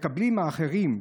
מקבלים האחרים,